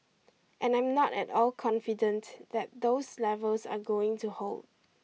and I'm not at all confident that those levels are going to hold